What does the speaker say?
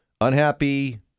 unhappy –